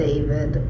David